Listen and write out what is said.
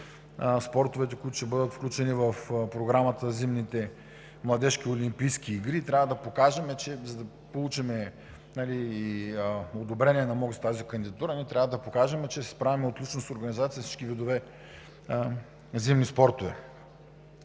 спортовете, които ще бъдат включени в Програмата за Зимните младежки олимпийски игри и трябва да покажем, че за да получим одобрение на МОК с тази кандидатура, трябва да покажем, че се справяме отлично с организацията на всички видове зимни спортове.